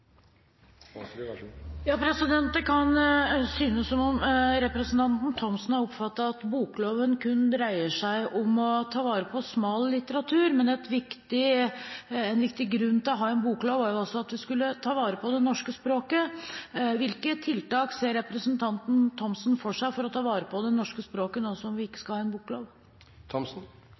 Det kan synes som om representanten Thomsen har oppfattet det slik at bokloven kun dreier seg om å ta vare på smal litteratur. Men en viktig grunn til å ha en boklov er at vi også skal ta vare på det norske språket. Hvilke tiltak ser representanten Thomsen for seg for å ta vare på det norske språket, nå som vi ikke skal ha en